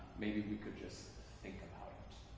maybe we could just think about it.